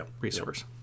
resource